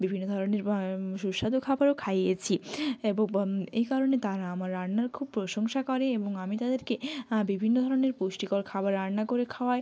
বিভিন্ন ধরনের সুস্বাদু খাবারও খাইয়েছি এবব্ এই কারণে তারা আমার রান্নার খুব প্রশংসা করে এবং আমি তাদেরকে বিভিন্ন ধরনের পুষ্টিকর খাবার রান্না করে খাওয়াই